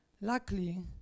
Luckily